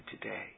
today